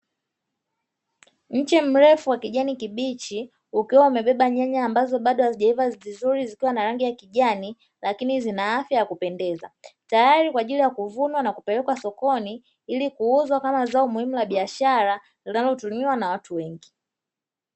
Mche mrefu wa kijani kibichi ukiwa umebeba nyanya ambazo bado hazijaiva vizuri zikiwa na rangi ya kijani lakini zina afya ya kupendeza, tayari kwa ajili ya kuvunwa na kupelekwa sokoni ili kuuzwa kama zao muhimu la biashara linalotumiwa na watu wengi.